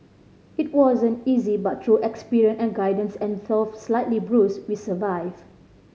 it wasn't easy but through experience and guidance and though slightly bruised we survive